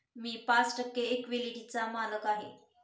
मी पाच टक्के इक्विटीचा मालक आहे